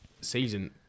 season